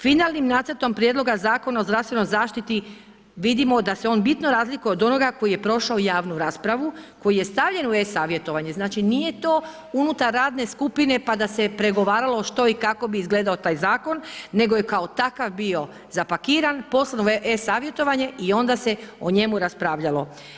Finalnim nacrtom prijedloga Zakona o zdravstvenoj zaštiti vidimo da se on bitno razlikuje od onoga koji je prošao javnu raspravu, koji je stavljen u e savjetovanje, znači nije to unutar radne skupine pa da se pregovaralo što i kako bi izgledao taj zakon, nego je kao takav bio zapakiran, poslan u e savjetovanje i onda se o njemu raspravljalo.